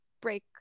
break